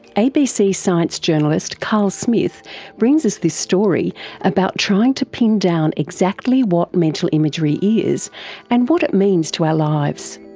abc science journalist carl smith brings us this story about trying to pin down exactly what mental imagery is and what it means to our lives.